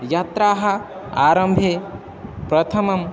यात्रायाः आरम्भे प्रथमम्